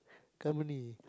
company